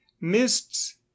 mists